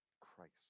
Christ